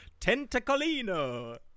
*Tentacolino*